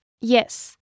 Yes